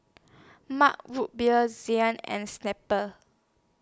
Mug Root Beer Zinc and Snapple